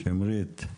שמרית?